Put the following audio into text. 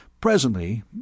Presently